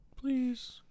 please